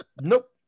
Nope